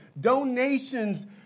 donations